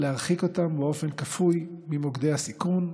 להרחיק אותם באופן כפוי ממוקדי הסיכון,